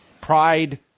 pride